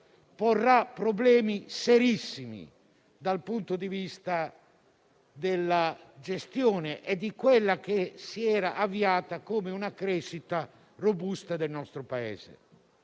porrà problemi serissimi dal punto di vista della gestione e di quella che si era avviata come una crescita robusta del nostro Paese.